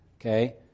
Okay